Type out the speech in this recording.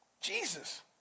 Jesus